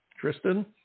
Tristan